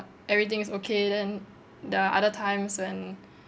everything is okay then there are other times when